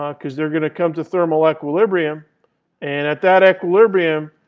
ah because they're going to come to thermal equilibrium. and at that equilibrium,